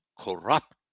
corrupt